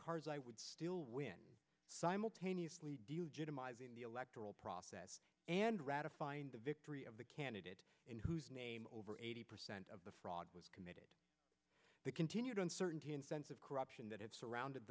karzai would still win simultaneously in the electoral process and ratifying the victory of the candidate in whose name over eighty percent of the fraud was committed the continued uncertainty and sense of corruption that had surrounded